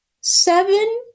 Seven